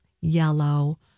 yellow